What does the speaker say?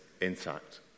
intact